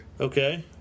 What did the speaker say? Okay